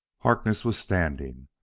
harkness was standing,